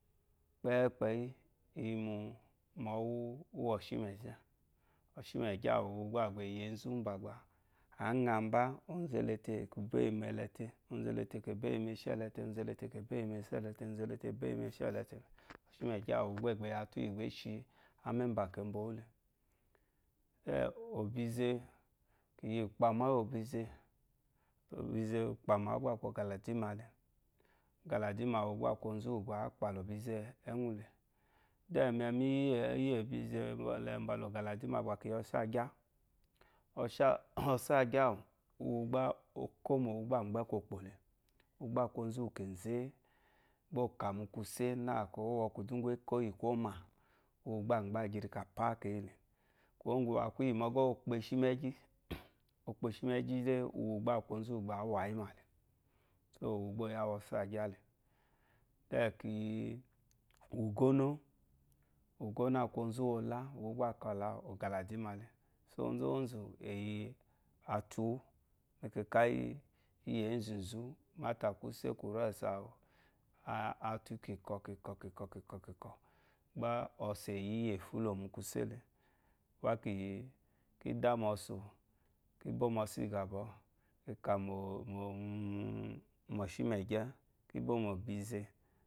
Kpéé kpéyé iyi mu mowu úwo shimege oshimage uwu gba agbe yezu gba gba anya ba ózù elete ekubeyi melete ozolete akube ye melete ozolé èkú ózòlete akube ye melete ózòle ékù beye mishi elete oshimege awu uwu gba agba eyatu iyi agba eshi ememba kebowule “e” obeze, kiyi okpa ma uwu obézè, obeze ukpa mawu gba aku ozu akpa lo beze egwu le “then” nemiyi obeze bole mbala ogeledu ma kiyo osuaggya, ósù ágya ókomo úmú gbá agbe ko kpole uwu gba aku ozu wu keze ko oka mu kuse meko iyi koma uwu gba agba agirika apa keyile, koma gu okpeshi mezhindo uwu gba aku ozu ba awayi male so úwú gba oyawu osu agyle, then keyi ógùno, ógónó aku ozu wuwola uwu gba akpalu egeledu male. ozo zu eyi afuwumekekayi ezu zu mata kusa kuri esu awu atu kikɔ kikɔ áwù gbá osu eyí éfúlomú kusele keyi kida mósu, kibo mosu igabo kika momɔ oshimege kebome beze